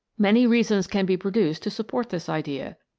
many reasons can be produced to support this idea.